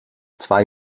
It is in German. zwei